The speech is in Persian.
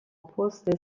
پست